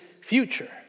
future